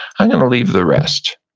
i'm gonna leave the rest.